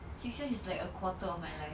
six years is like a quarter of my life